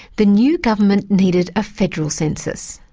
the new government needed a federal census.